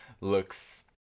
looks